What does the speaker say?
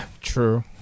True